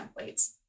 templates